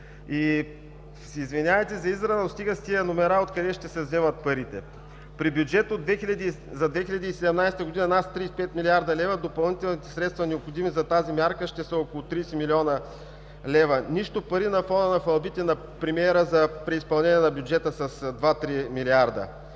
Извинявайте за израза, но стига с номерата: откъде ще се вземат парите? При бюджет за 2017 г. над 35 млрд. лв., допълнителните средства, необходими за тази мярка, ще са около 30 млн. лв. – нищо пари на фона на хвалбите на премиера за преизпълнение на бюджета с два, три милиарда.